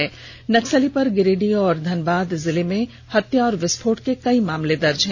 इस नक्सली पर गिरिडीह और धनबाद जिले में हत्या और विस्फोट के कई मामले दर्ज हैं